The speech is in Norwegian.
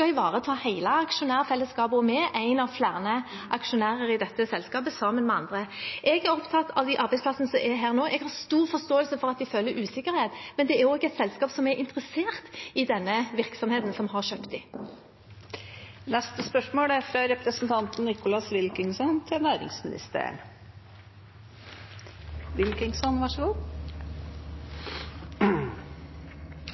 og vi er én av flere aksjonærer i dette selskapet, sammen med andre. Jeg er opptatt av de arbeidsplassene som er der, og jeg har stor forståelse for at de føler usikkerhet, men det er også et selskap som er interessert i denne virksomheten, som har kjøpt dem. «Historisk har staten vært avgjørende for industrialisering, sysselsetting og velferd. Skal vi klare å få til